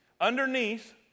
Underneath